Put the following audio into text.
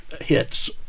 hits